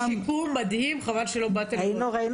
יש שיקום מדהים, חבל שלא באת לראות.